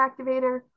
activator